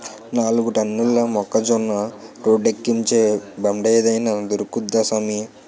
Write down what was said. నాలుగు టన్నుల మొక్కజొన్న రోడ్డేక్కించే బండేదైన దొరుకుద్దా సామీ